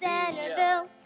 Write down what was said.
Centerville